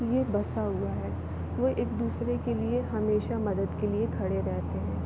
ये बसा हुआ है वो एक दूसरे के लिए हमेशा मदद के लिए खड़े रहते हैं